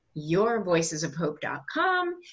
yourvoicesofhope.com